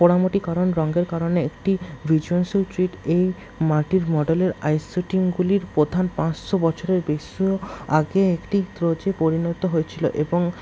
পোড়ামাটির কারণ রঙের কারণে একটি এই মাটির মডেলের আইশ্যুটিংগুলির প্রধান পাঁচশো বছরের বেশিও আগে একটি ট্রচে পরিণত হয়েছিল এবং